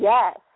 Yes